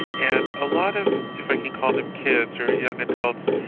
and a lot of if i can call them kids, or young adults,